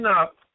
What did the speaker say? up